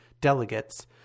delegates